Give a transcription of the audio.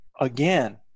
again